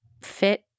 fit